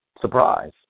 surprise